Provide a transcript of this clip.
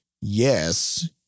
yes